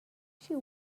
she